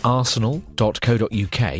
arsenal.co.uk